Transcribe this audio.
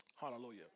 Hallelujah